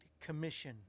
commission